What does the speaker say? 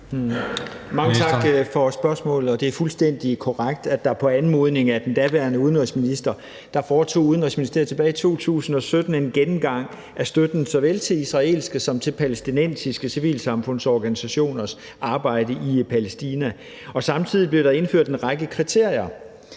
Mange tak for spørgsmålet. Det er fuldstændig korrekt, at på anmodning fra den daværende udenrigsminister foretog Udenrigsministeriet tilbage i 2017 en gennemgang af støtten til såvel israelske som palæstinensiske civilsamfundsorganisationers arbejde i Palæstina. Samtidig blev der indført en række kriterier,